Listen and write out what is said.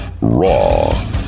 raw